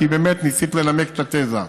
כי באמת ניסית לנמק את התזה.